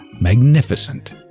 magnificent